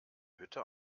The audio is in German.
hütte